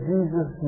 Jesus